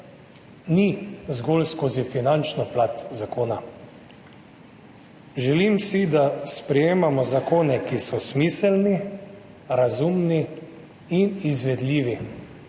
ni zgolj skozi finančno plat zakona. Želim si, da sprejemamo zakone, ki so smiselni, razumni in izvedljivi.